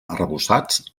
arrebossats